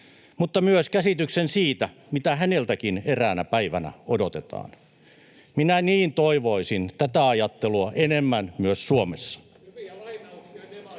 mutta myös käsityksen siitä, mitä häneltäkin eräänä päivänä odotetaan.” Minä niin toivoisin tätä ajattelua enemmän myös Suomessa.